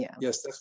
yes